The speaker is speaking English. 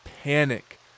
panic